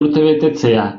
urtebetetzea